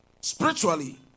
Spiritually